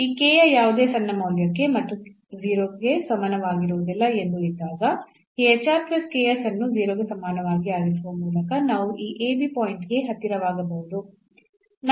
ಈ k ಯ ಯಾವುದೇ ಸಣ್ಣ ಮೌಲ್ಯಕ್ಕೆ ಮತ್ತು 0 ಕ್ಕೆ ಸಮನಾಗಿರುವುದಿಲ್ಲ ಎಂದು ಇದ್ದಾಗ ಈ ಅನ್ನು 0 ಗೆ ಸಮಾನವಾಗಿ ಆರಿಸುವ ಮೂಲಕ ನಾವು ಈ ab ಪಾಯಿಂಟ್ಗೆ ಹತ್ತಿರವಾಗಬಹುದು